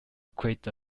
create